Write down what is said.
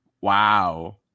Wow